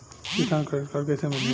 किसान credit card कइसे मिली?